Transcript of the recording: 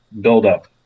buildup